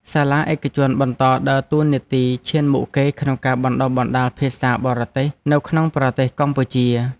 សាលាឯកជនបន្តដើរតួនាទីឈានមុខគេក្នុងការបណ្តុះបណ្តាលភាសាបរទេសនៅក្នុងប្រទេសកម្ពុជា។